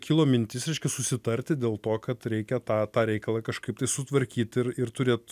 kilo mintis reiškia susitarti dėl to kad reikia tą tą reikalą kažkaip tai sutvarkyt ir ir turėt